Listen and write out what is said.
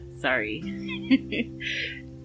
sorry